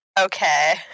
Okay